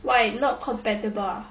why not compatible